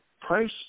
price